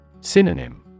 Synonym